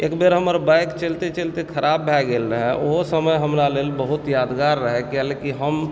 एक बेर हमर बाइक चलिते चलिते खराब भए गेल रहय ओहो समय हमरा लेल बहुत यादगार रहय किआकि हम